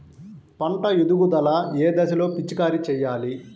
పంట ఎదుగుదల ఏ దశలో పిచికారీ చేయాలి?